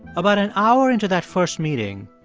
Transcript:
about an hour into that first meeting,